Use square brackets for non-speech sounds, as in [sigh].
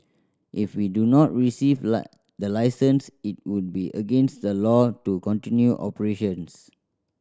if we do not receive [unintelligible] the license it would be against the law to continue operations